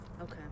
Okay